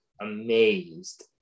amazed